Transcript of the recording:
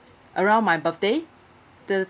around my birthday the